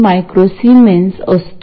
तर आपल्याकडे dc signal नाहीत